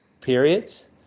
periods